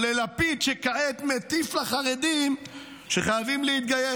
או ללפיד שכעת מטיף לחרדים שחייבים להתגייס?